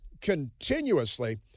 continuously